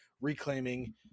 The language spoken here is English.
reclaiming